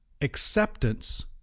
acceptance